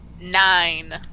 Nine